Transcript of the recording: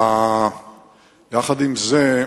עם זה,